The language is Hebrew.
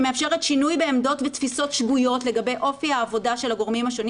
שמאפשרת שינוי בעמדות ותפיסות שגויות לגבי אופי העבודה של הגורמים השונים